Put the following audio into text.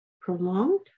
prolonged